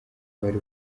bari